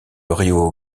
río